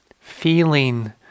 Feeling